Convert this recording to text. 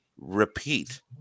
repeat